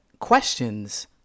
questions